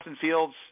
Fields